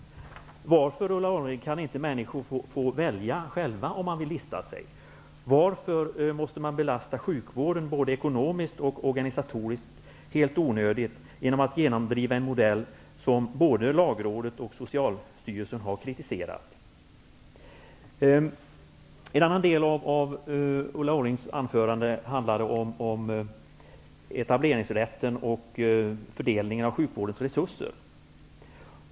Varför, Ulla Orring, kan inte människor få välja själva om de vill lista sig? Varför måste man belasta sjukvården både ekonomiskt och organisatoriskt helt onödigt genom att genomdriva en modell som både Lagrådet och Socialstyrelsen har kritiserat? En annan del av Ulla Orrings anförande handlade om etableringsrätten och fördelningen av sjukvårdens resurser.